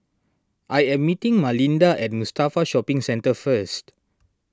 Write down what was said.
I am meeting Malinda at Mustafa Shopping Centre first